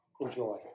enjoy